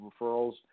referrals